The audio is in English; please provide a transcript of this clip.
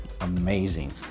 amazing